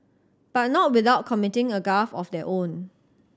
but not without committing a gaffe of their own